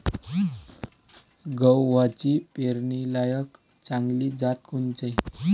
गव्हाची पेरनीलायक चांगली जात कोनची?